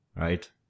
right